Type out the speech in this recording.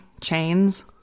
Chains